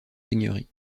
seigneurie